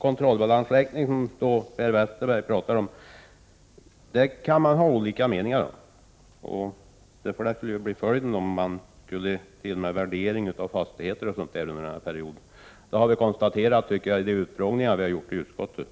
Herr talman! Det som Per Westerberg tog upp om kontrollbalansräkningar kan man ha olika meningar om. Det kan lätt bli följder om man skulle göra en annan värdering av fastigheter och annat under perioden — det tycker jag att vi har konstaterat i de utfrågningar som vi har haft i utskottet.